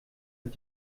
hat